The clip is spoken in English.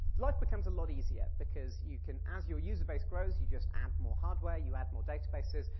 life becomes a lot easier because you can, as your user base grows, you just add more hardware, you add more databases.